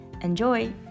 Enjoy